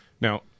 Now